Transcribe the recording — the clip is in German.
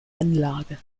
anlage